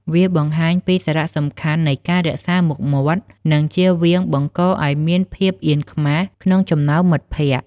វាបង្ហាញពីសារៈសំខាន់នៃការរក្សាមុខមាត់ និងជៀសវាងបង្កឱ្យមានភាពអៀនខ្មាសក្នុងចំណោមមិត្ត។